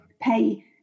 pay